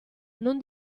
non